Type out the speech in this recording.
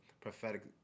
prophetic